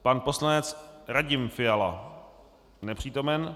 Pan poslanec Radim Fiala: Nepřítomen.